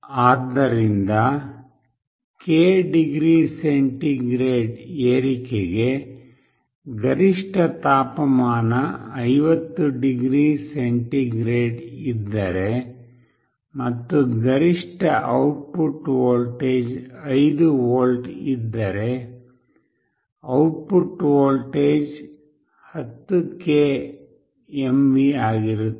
ಆದ್ದರಿಂದ k degree centigrade ಏರಿಕೆಗೆ ಗರಿಷ್ಠ ತಾಪಮಾನ 50 ಡಿಗ್ರಿ ಸೆಂಟಿಗ್ರೇಡ್ ಇದ್ದರೆ ಮತ್ತು ಗರಿಷ್ಠ output voltage 5 volt ಇದ್ದರೆ output voltage 10k mV ಆಗಿರುತ್ತದೆ